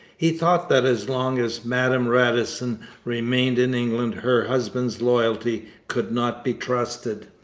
he thought that as long as madame radisson remained in england her husband's loyalty could not be trusted.